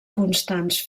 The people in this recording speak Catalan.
constants